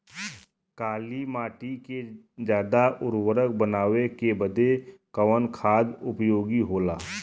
काली माटी के ज्यादा उर्वरक बनावे के बदे कवन खाद उपयोगी होला?